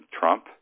Trump